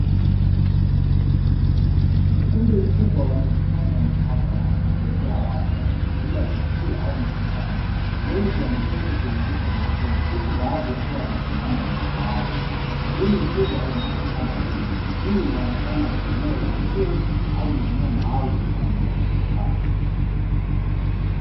Ukumbi mkubwa wa mikutano ya mihadhara, uliojaa watu wakihudhuria tukio au mkutano. Wengi wameketi kwenye viti vyekundu huku baadhi wakiwa wamesimama jukwaani. Skrini kubwa inaonekana nyuma. Hii inaonekana ni eneo la chuo, au ni eneo maalumu kwa ajili ya mikutano.